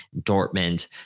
Dortmund